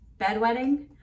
bedwetting